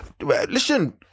listen